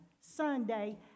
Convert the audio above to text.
Sunday